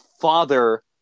father